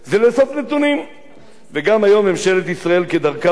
וגם היום ממשלת ישראל, כדרכה בקודש, מתנגדת.